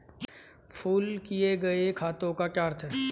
Pool किए गए खातों का क्या अर्थ है?